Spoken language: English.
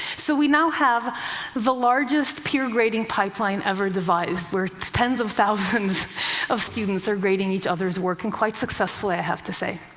so we now have the largest peer-grading pipeline ever devised, where tens of thousands of students are grading each other's work, and quite successfully, i have to say.